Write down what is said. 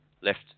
left